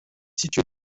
située